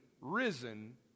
risen